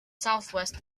southwest